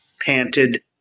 panted